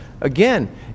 Again